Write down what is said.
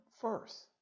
first